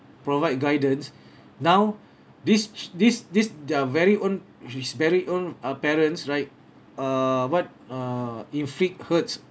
provide guidance now this this this their very own his very own uh parents right err what err inflict hurts